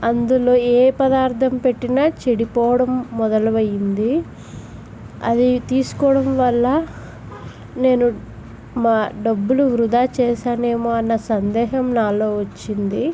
అందులో ఏ పదార్థం పెట్టిన చెడిపోవడం మొదలయింది అది తీసుకోవడం వల్ల నేను మా డబ్బులు వృధా చేశానేమో అన్న సందేహం నాలో వచ్చింది